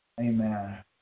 Amen